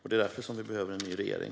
Det är därför vi behöver en ny regering.